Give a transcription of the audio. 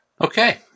Okay